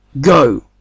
Go